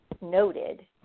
noted